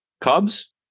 Cubs